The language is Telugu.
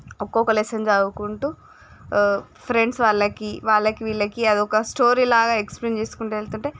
ఒక్కొక్క లెసన్ చదువుకుంటూ ఫ్రెండ్స్ వాళ్లకి వాళ్లకి వీళ్ళకి అది ఒక స్టోరీలాగా ఎక్స్ప్లెయిన్ చేసుకుంటా వెళ్తుంటే